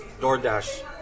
DoorDash